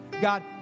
God